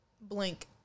blink